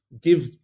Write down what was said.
give